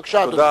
בבקשה, אדוני.